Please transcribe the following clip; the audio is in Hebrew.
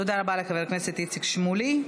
תודה רבה, לחבר הכנסת איציק שמולי.